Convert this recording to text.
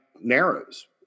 narrows